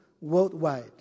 worldwide